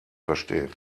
verstehen